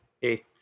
hey